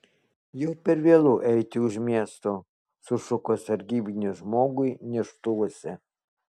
jau per vėlu eiti už miesto sušuko sargybinis žmogui neštuvuose